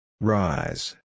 Rise